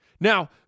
Now